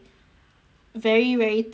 very very 仔细 those kind